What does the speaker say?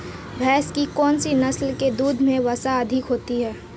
भैंस की कौनसी नस्ल के दूध में वसा अधिक होती है?